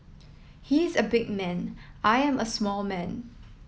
he is a big man I am a small man